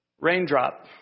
Raindrop